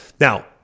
Now